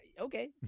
okay